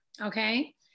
Okay